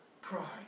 pride